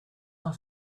een